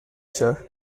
sir